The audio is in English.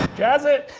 jazz it.